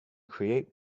create